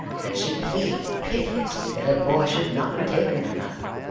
and she pleaded piteously that her boy should not be taken from her